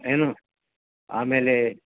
ಏನು ಆಮೇಲೆ